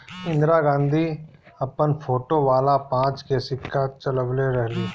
इंदिरा गांधी अपन फोटो वाला पांच के सिक्का चलवले रहली